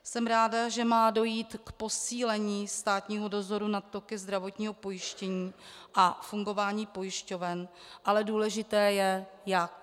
Jsem ráda, že má dojít k posílení státního dozoru nad toky zdravotního pojištění a fungování pojišťoven, ale důležité je jak.